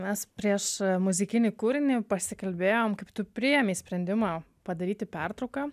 mes prieš muzikinį kūrinį pasikalbėjom kaip tu priėmei sprendimą padaryti pertrauką